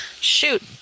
Shoot